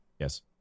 Yes